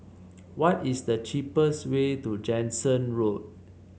what is the cheapest way to Jansen Road